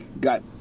got